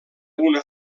una